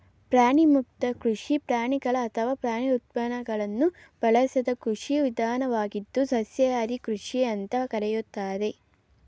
ಪ್ರಾಣಿಮುಕ್ತ ಕೃಷಿ ಪ್ರಾಣಿಗಳು ಅಥವಾ ಪ್ರಾಣಿ ಉತ್ಪನ್ನಗಳನ್ನು ಬಳಸದ ಕೃಷಿ ವಿಧಾನವಾಗಿದ್ದು ಸಸ್ಯಾಹಾರಿ ಕೃಷಿ ಅಂತ ಕರೀತಾರೆ